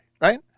right